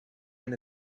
and